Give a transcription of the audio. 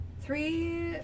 Three